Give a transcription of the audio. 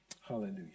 Hallelujah